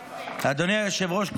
אדוני היושב-ראש,